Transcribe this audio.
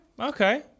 okay